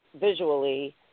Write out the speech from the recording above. visually